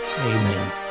Amen